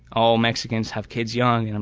all mexicans have kids young. and and